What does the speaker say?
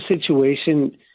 situation